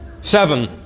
Seven